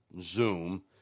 Zoom